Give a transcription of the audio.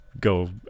go